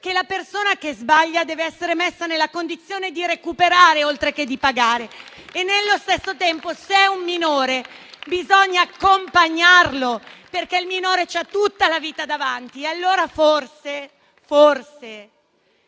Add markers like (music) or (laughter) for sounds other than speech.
che la persona che sbaglia deve essere messa nella condizione di recuperare, oltre che di pagare. (applause) e se è un minore, bisogna accompagnarlo, perché il minore ha tutta la vita davanti. Dunque, bisognava forse